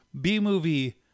B-movie